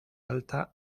alta